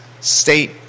state